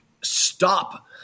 stop